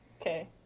Okay